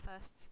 first